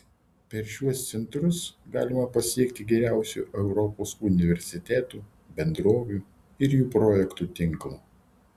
per šiuos centrus galima pasiekti geriausių europos universitetų bendrovių ir jų projektų tinklą